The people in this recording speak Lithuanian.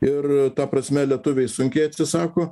ir ta prasme lietuviai sunkiai atsisako